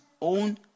own